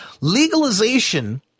Legalization